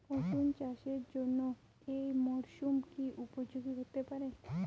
রসুন চাষের জন্য এই মরসুম কি উপযোগী হতে পারে?